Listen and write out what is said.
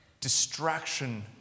distraction